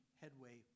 headway